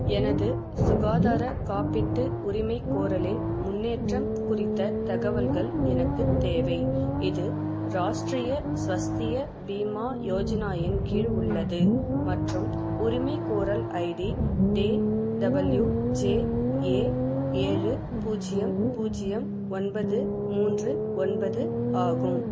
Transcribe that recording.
எனது சுகாதாரக் காப்பீட்டு உரிமைக்கோரலின் முன்னேற்றம் குறித்த தகவல்கள் எனக்கு தேவை இது ராஷ்ட்ரிய ஸ்வஸ்திய பீமா யோஜனா இன் கீழ் உள்ளது மற்றும் உரிமைக்கோரல் ID D W J A ஏழு பூஜ்ஜியம் பூஜ்ஜியம் ஒன்பது மூன்று ஒன்பது ஆகும்